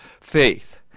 faith